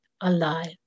alive